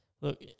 Look